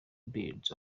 bird